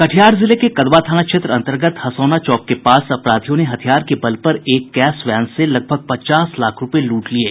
कटिहार जिले के कदवा थाना क्षेत्र अन्तर्गत हसौना चौक के पास अपराधियों ने हथियार के बल पर एक कैश वैन से लगभग पचास लाख रूपये लूट लिये